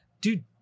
dude